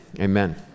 amen